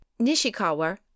Nishikawa